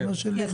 כן.